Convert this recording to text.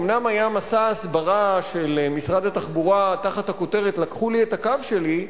אומנם היה מסע הסברה של משרד התחבורה תחת הכותרת "לקחו לי את הקו שלי",